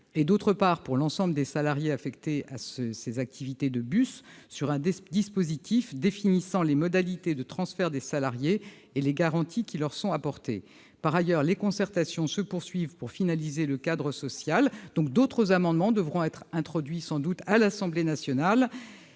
et, d'autre part, pour l'ensemble des salariés affectés à ces activités de transport par bus, sur un dispositif définissant les modalités de transfert des salariés et les garanties apportées à ceux-ci. Par ailleurs, les concertations se poursuivent pour finaliser le cadre social. D'autres amendements devront donc sans doute être introduits à l'Assemblée nationale.